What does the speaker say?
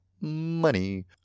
money